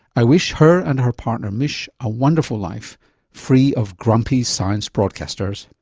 i wish her and her partner mish a wonderful life free of grumpy science broadcasters.